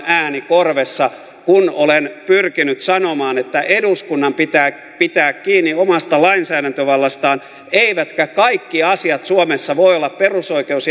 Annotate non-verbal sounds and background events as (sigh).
korvessa kun olen pyrkinyt sanomaan että eduskunnan pitää pitää kiinni omasta lainsäädäntövallastaan eivätkä kaikki asiat suomessa voi olla perusoikeus (unintelligible)